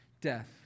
death